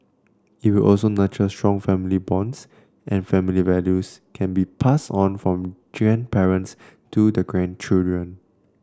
it will also nurture strong family bonds and family values can be passed on from grandparents to their grandchildren